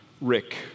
Rick